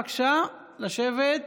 בבקשה, כולם לשבת.